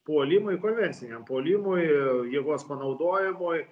puolimui konvenciniam puolimui jėgos panaudojimui